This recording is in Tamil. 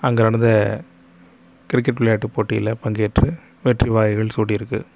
அங்கே நடந்த கிரிக்கெட் விளையாட்டு போட்டிகளில் பங்கேற்று வெற்றி வாகைகள் சூடியிருக்கு